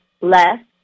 less